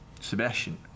Sebastian